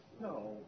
No